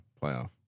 playoff